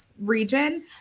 Region